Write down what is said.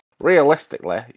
realistically